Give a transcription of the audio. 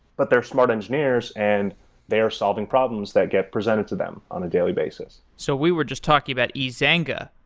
but they're smart engineers and they are solving problems that get presented to them on a daily basis. so we were just talking about ezanga.